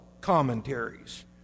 commentaries